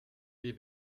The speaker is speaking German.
die